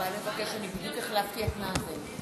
שאנחנו יוצאות.